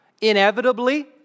Inevitably